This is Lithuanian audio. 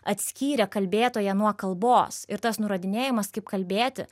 atskyrė kalbėtoją nuo kalbos ir tas nurodinėjimas kaip kalbėti